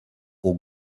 aux